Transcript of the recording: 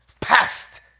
Past